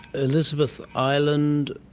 elizabeth island,